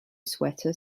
sweater